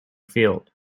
field